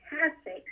fantastic